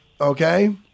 Okay